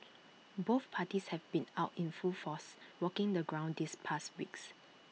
both parties have been out in full force walking the ground these past weeks